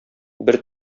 бер